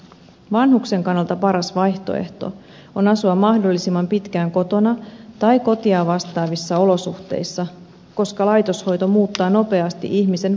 vanhuksen kannalta paras vaihtoehto on asua mahdollisimman pitkään kotona tai kotia vastaavissa olosuhteissa koska laitoshoito muuttaa nopeasti ihmisen passiiviseksi